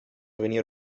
venir